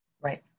Right